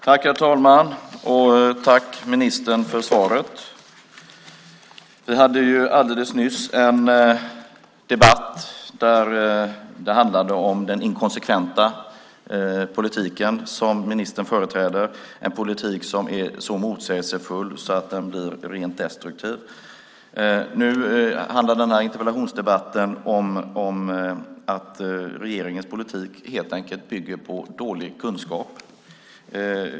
Herr talman! Tack, ministern, för svaret! Vi hade alldeles nyss en debatt som handlade om den inkonsekventa politik ministern företräder, en politik som är så motsägelsefull att den blir rent destruktiv. Den här interpellationsdebatten handlar om att regeringens politik helt enkelt bygger på dålig kunskap.